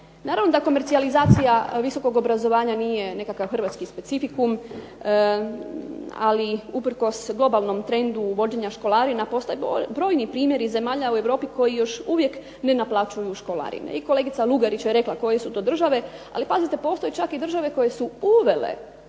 Naravno da komercijalizacija visokog obrazovanja nije nekakav hrvatski specifikum, ali uprkos globalnom trendu uvođenja školarina postoje brojni primjer zemalja u Europi koji još uvijek ne naplaćuju školarine. I kolegica Lugarić je rekla koje su to države, ali pazite postoje čak i države koje su uvele